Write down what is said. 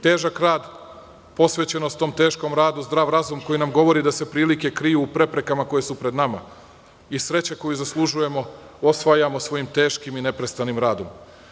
Težak rad, posvećenost tom teškom radu, zdrav razum koji nam govori da se prilike kriju u preprekama koje su pred nama i sreća koju zaslužujemo, osvajamo svojim teškim i neprestanim radom.